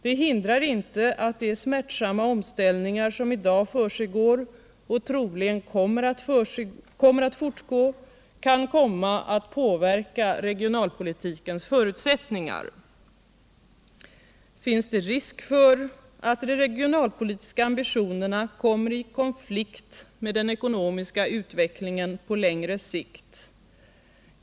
Det hindrar inte att de smärtsamma omställningar som i dag försiggår och troligen kommer att fortgå kan komma att påverka regionalpolitikens förutsättningar. Finns det risk för att de regionalpolitiska ambitionerna kommer i konflikt med den ekonomiska utvecklingen på längre sikt?